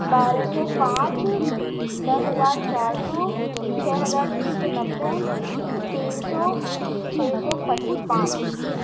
بارہ سو پانچ دس ہزار چار سو چھ ہزار تین سو نوے تین سو چھ سو پچ پانچ